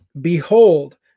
Behold